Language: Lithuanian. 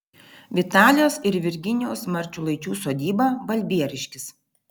vitalijos ir virginijaus marčiulaičių sodyba balbieriškis